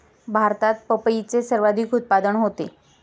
भारतात पपईचे सर्वाधिक उत्पादन होते